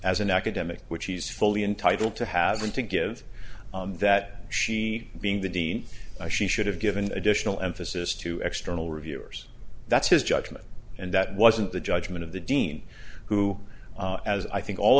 as an academic which he's fully entitled to have and to give that she being the dean she should have given additional emphasis to external reviewers that's his judgment and that wasn't the judgment of the dean who as i think all